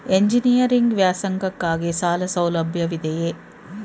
Engineering ವ್ಯಾಸಂಗಕ್ಕಾಗಿ ಸಾಲ ಸೌಲಭ್ಯವಿದೆಯೇ?